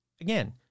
again